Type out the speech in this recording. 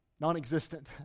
non-existent